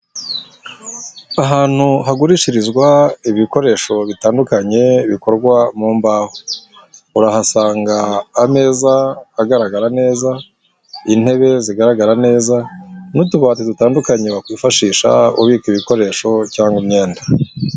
Ahantu hagurishirizwa ibikoresho bitandukanye bikorwa mu mbaho, urahasanga ameza agaragara neza, intebe zigaragara neza n'utubata dutandukanye wakwifashisha ubika ibikoresho cyangwa imyenda.